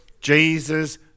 Jesus